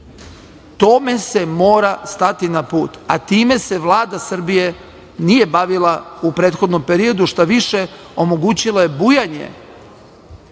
Tome se mora stati na put, a time se Vlada Srbije nije bavila u prethodnom periodu, šta više, omogućila je bujanje